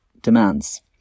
demands